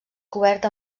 cobert